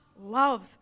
love